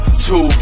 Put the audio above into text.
Two